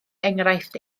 enghraifft